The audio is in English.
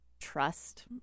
trust